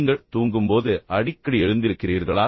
நீங்கள் தூங்கும் போது அடிக்கடி எழுந்திருக்கிறீர்களா